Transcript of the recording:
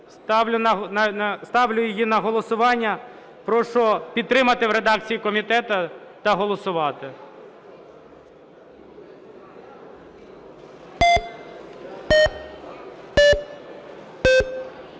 Ставлю її на голосування. Прошу підтримати в редакції комітету та голосувати.